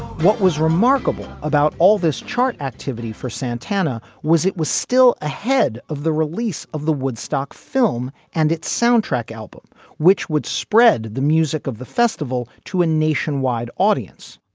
what was remarkable about all this chart activity for santana was it was still ahead of the release of the woodstock film and its soundtrack album which would spread the music of the festival to a nationwide audience.